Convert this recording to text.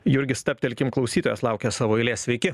jurgi stabtelkim klausytojas laukia savo eilės sveiki